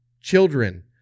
children